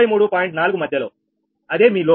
4 మధ్యలో అదేమీ లోడ్